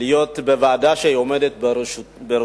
להיות בוועדה שהיא עומדת בראשה.